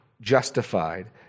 justified